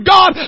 God